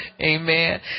Amen